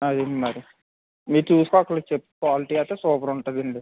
అదండి మరి మీరు చూసుకోక్కర్లేదు చెప్పు క్వాలిటీ అయితే సూపర్ ఉంటుందండి